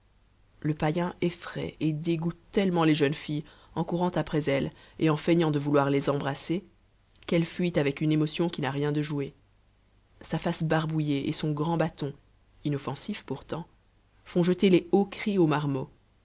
le païen effraie et dégoûte tellement les jeunes filles en courant après elles et en feignant de vouloir les embrasser qu'elles fuient avec une émotion qui n'a rien de joué sa face barbouillée et son grand bâton inoffensif pourtant font jeter les hauts cris aux marmots